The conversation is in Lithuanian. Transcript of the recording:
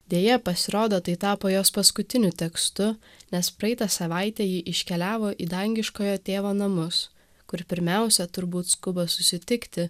deja pasirodo tai tapo jos paskutiniu tekstu nes praeitą savaitę ji iškeliavo į dangiškojo tėvo namus kur pirmiausia turbūt skuba susitikti